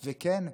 וכן,